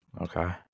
Okay